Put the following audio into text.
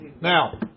now